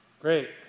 Great